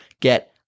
get